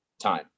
time